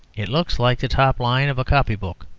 it looks like the top line of a copy-book.